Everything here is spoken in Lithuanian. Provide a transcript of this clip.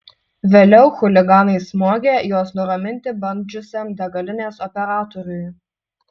vėliau chuliganai smogė juos nuraminti bandžiusiam degalinės operatoriui